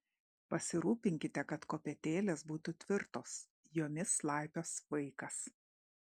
pasirūpinkite kad kopėtėlės būtų tvirtos jomis laipios vaikas